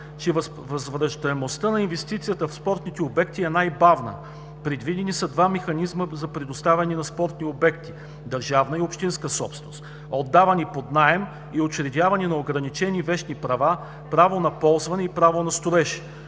че възвръщаемостта на инвестицията в спортни обекти е най-бавна. Предвидени са два механизма за предоставяне на спортни обекти – държавна и общинска собственост – отдаване под наем и учредяване на ограничени вещни права – право на ползване и право на строеж.